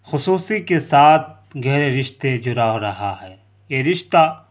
خصوصی کے ساتھ گہرے رشتے جڑاؤ رہا ہے یہ رشتہ